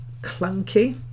clunky